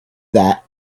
that